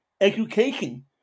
education